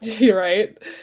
right